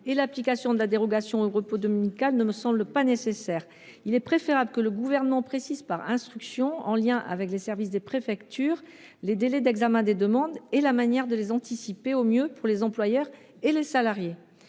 et l'application de la dérogation au repos dominical ne me semble pas nécessaire. Il est préférable que le Gouvernement précise par instruction, en lien avec les services des préfectures, les délais d'examen des demandes et la manière de les anticiper au mieux pour les employeurs et les salariés.